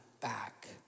back